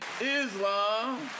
Islam